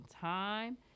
time